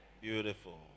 Beautiful